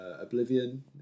Oblivion